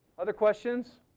other questions?